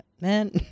man